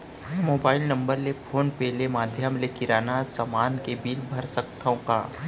Mobile number ले PhonePe ले माधयम ले किराना समान के बिल भर सकथव का?